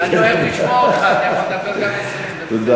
אני אוהב לשמוע אותך, אתה יכול לדבר גם 20 דקות.